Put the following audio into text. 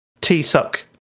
T-Suck